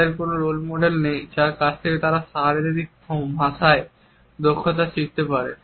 তাদের কোন role model নেই যার কাছ থেকে তারা শারীরিক ভাষায় দক্ষতা শিখতে পারে